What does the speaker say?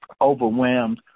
overwhelmed